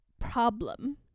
problem